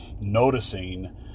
noticing